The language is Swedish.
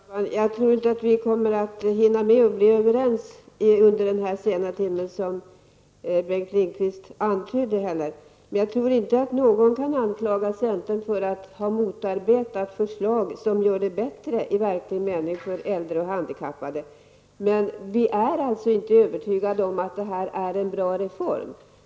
Herr talman! Jag tror inte att vi kommer att hinna bli överens under denna sena timme, vilket Bengt Lindqvist antydde. Men jag tror inte att någon kan anklaga centern för att ha motarbetat förslag som i verklig mening gör det bättre för äldre och handikappade. Men vi är alltså inte övertygade om att detta är en bra reform.